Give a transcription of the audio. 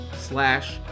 slash